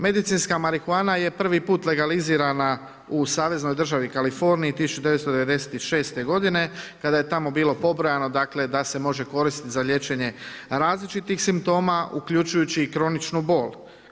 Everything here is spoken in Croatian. Medicinska marihuana je prvi put legalizirana u saveznoj državi Kaliforniji 1996. godine kada je tamo bilo pobrojano dakle, da se može koristiti za liječenje različitih simptoma, uključujući i kroničnu bol.